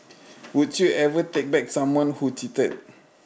would you ever take back someone who cheated